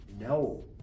No